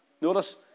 Notice